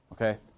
Okay